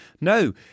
No